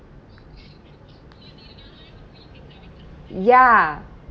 ya